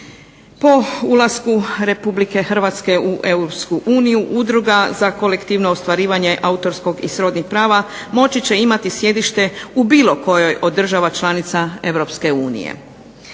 Po ulasku RH u EU Udruga za kolektivno ostvarivanje autorskog i srodnih prava moći će imati sjedište u bilo kojoj od država članica EU.